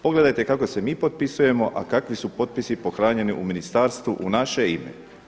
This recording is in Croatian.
Pogledajte kako se mi potpisujemo, a kakvi su potpisi pohranjeni u Ministarstvu u naše ime.